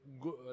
good